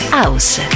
house